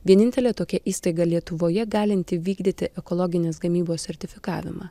vienintelė tokia įstaiga lietuvoje galinti vykdyti ekologinės gamybos sertifikavimą